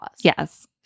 Yes